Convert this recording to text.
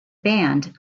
band